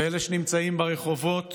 ואלה שנמצאים ברחובות